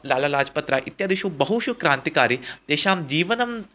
लाला लाज्पत् राय् इत्यादिषु बहुषु क्रान्तिकारी तेषां जीवनं